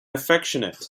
affectionate